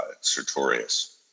Sertorius